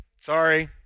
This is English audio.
Sorry